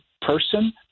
person